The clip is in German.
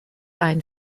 ein